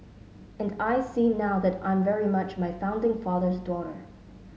and I see now that I'm very much my founding father's daughter